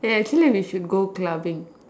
ya actually we should go clubbing